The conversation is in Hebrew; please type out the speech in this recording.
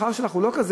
השכר שלך הוא לא כזה.